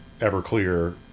Everclear